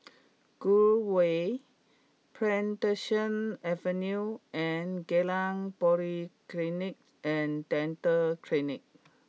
Gul Way Plantation Avenue and Geylang Polyclinic and Dental Clinic